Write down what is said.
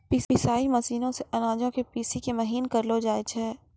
पिसाई मशीनो से अनाजो के पीसि के महीन करलो जाय छै